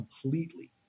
completely